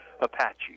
Apache